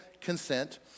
consent